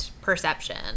perception